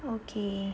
okay